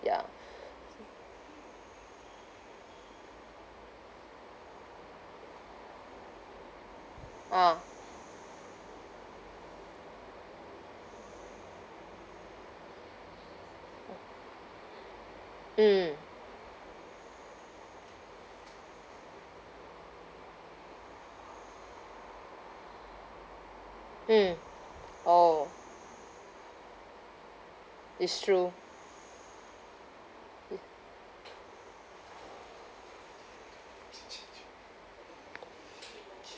ya ah mm mm orh it's true